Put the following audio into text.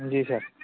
جی سر